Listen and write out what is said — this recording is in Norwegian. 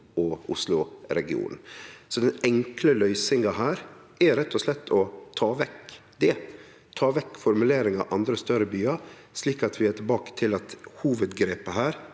og Oslo-regionen. Den enkle løysinga her er rett og slett å ta vekk formuleringa om andre større byar, slik at vi er tilbake til at hovudgrepet er